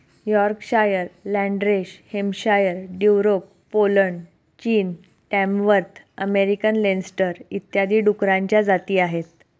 Yorkshire, Landrace Hampshire, Duroc Poland, चीन, Tamworth American लेन्सडर इत्यादी डुकरांच्या जाती आहेत